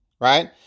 right